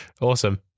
awesome